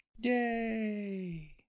Yay